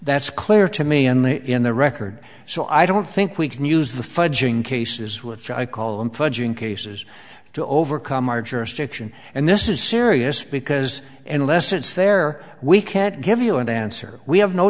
that's clear to me and they in the record so i don't think we can use the fudging cases which i call them fudging cases to overcome our jurisdiction and this is serious because unless it's there we can't give you an answer we have no